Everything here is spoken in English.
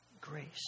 grace